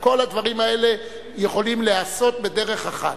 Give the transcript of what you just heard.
כל הדברים האלה יכולים להיעשות בדרך אחת,